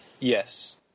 Yes